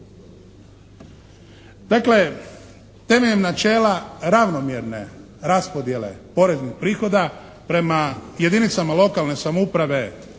Dakle, temeljem načela ravnomjerne raspodjele poreznih prihoda prema jedinicama lokalne samouprave